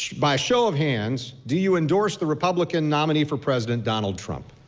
by a show of hands do you endorse the republican nominee for president donald trump.